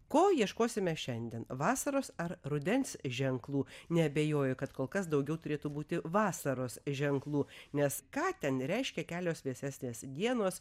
ko ieškosime šiandien vasaros ar rudens ženklų neabejoju kad kol kas daugiau turėtų būti vasaros ženklų nes ką ten reiškia kelios vėsesnės dienos